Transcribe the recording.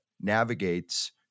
navigates